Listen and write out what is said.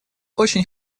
очень